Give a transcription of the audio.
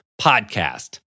podcast